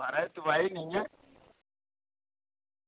महाराज दोआई निं ऐ